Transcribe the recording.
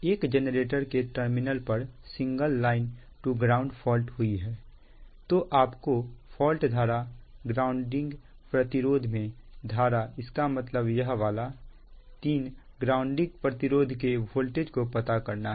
एक जेनरेटर के टर्मिनल पर single line to ground fault हुई है तो आपको फॉल्ट धारा ग्राउंडिंग प्रतिरोध में धारा इसका मतलब यह वाला ग्राउंडिंग प्रतिरोध के वोल्टेज को पता करना है